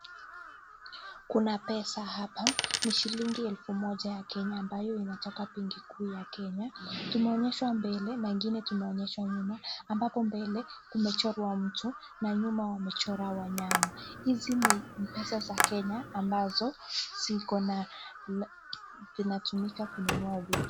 Kuna pesa hapa, ni shilingi elfu moja ya Kenya, ambayo imetoka benki kuu ya Kenya, tumeonyeshwa mbele, na ingine tumeonyeshwa nyuma, ambapo mbele kumechorwa mtu, na nyuma yao wamechora wanyama, hizi ni pesa za kenya, ambazo ziko na ,zinatumika kununua vitu.